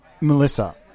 Melissa